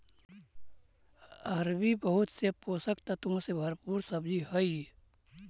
अरबी बहुत से पोषक तत्वों से भरपूर सब्जी हई